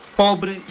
pobre